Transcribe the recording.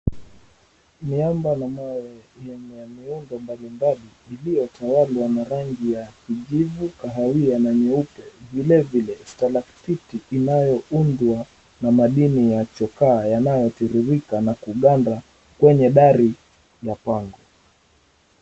Miamba na mawe yenye miundo mbalimbali iliyotawalwa na rangi ya kijivu, kahawia na nyeupe vilevile stelakthiki inayoundwa na madini ya chokaa yanayotiririka na kuganda kwenye dari ya pango.